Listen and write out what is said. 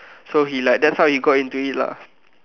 so he like that's how he got into it lah